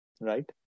Right